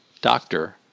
doctor